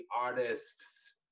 artist's